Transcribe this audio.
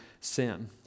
sin